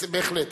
בהחלט.